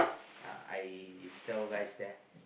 uh I sell rice there